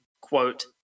quote